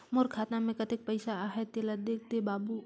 मोर खाता मे कतेक पइसा आहाय तेला देख दे बाबु?